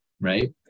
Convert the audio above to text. right